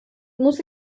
muss